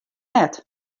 net